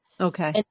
Okay